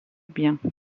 biens